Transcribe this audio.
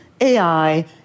AI